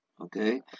okay